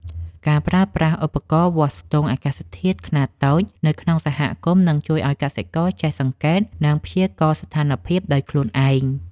ការប្រើប្រាស់ឧបករណ៍វាស់ស្ទង់អាកាសធាតុខ្នាតតូចនៅក្នុងសហគមន៍នឹងជួយឱ្យកសិករចេះសង្កេត និងព្យាករណ៍ស្ថានភាពដោយខ្លួនឯង។